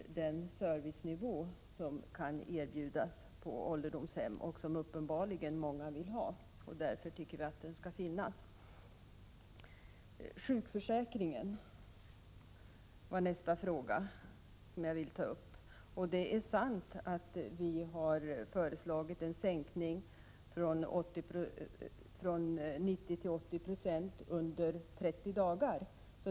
Men det skall vara den servicenivå som kan erbjudas på ålderdomshem och som uppenbarligen många vill ha. Därför tycker vi att denna form skall finnas. Nästa fråga som jag vill ta upp gäller sjukförsäkringen. Det är sant att vi har föreslagit en sänkning från 90 till 80 26 under 30 dagar.